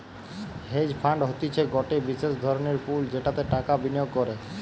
hedge fund হতিছে গটে বিশেষ ধরণের পুল যেটাতে টাকা বিনিয়োগ করে